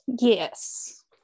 Yes